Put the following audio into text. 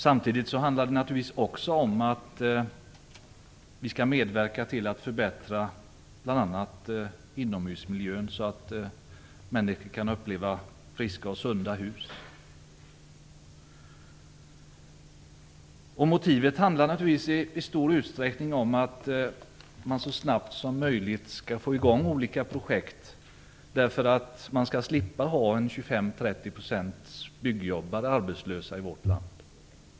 Samtidigt handlar det naturligtvis också om att vi skall medverka till att förbättra bl.a. inomhusmiljön så att människor kan uppleva friska och sunda hus. Det handlar om att så snabbt som möjligt få igång olika projekt så att man skall slippa ha 25-30 % av byggjobbarna arbetslösa i vårt land.